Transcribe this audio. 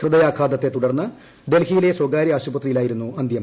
ഹൃദയാഘാതത്തെത്തുടർന്ന് ഡൽഹിയിലെ സ്വകാര്യ ആശുപത്രിയിലായിരുന്നു അന്ത്യം